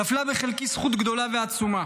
נפלה בחלקי זכות גדולה ועצומה